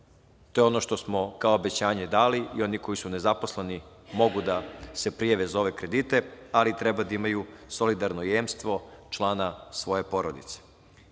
To je ono što smo kao obećanje dali i oni koji su nezaposleni mogu da se prijave za ove kredite, ali treba da imaju solidarno jemstvo člana svoje